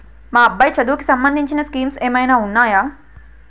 మా అబ్బాయి చదువుకి సంబందించిన స్కీమ్స్ ఏమైనా ఉన్నాయా?